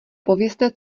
povězte